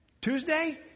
Tuesday